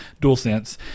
DualSense